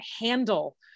handle